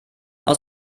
aus